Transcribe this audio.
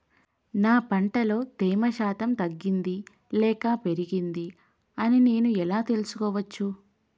నా పంట లో తేమ శాతం తగ్గింది లేక పెరిగింది అని నేను ఎలా తెలుసుకోవచ్చు?